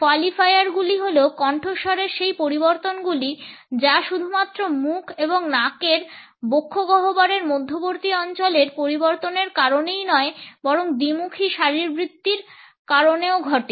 কোয়ালিফায়ারগুলি হল কণ্ঠস্বরের সেই পরিবর্তনগুলি যা শুধুমাত্র মুখ এবং নাকের বক্ষ গহ্বরের মধ্যবর্তী অঞ্চলের পরিবর্তনের কারণেই নয় বরং দ্বিমুখী শারীরবৃত্তির কারণেও ঘটে